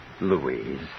Louise